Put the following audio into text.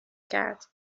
کرد